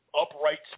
upright